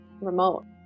remote